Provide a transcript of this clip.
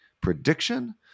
prediction